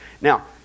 Now